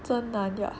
真难 ah